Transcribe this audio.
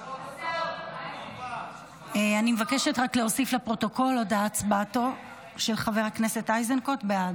אני רק מבקשת להוסיף לפרוטוקול את הצבעתו של חבר הכנסת איזנקוט בעד.